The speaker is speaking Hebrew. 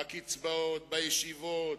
בקצבאות, בישיבות,